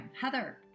Heather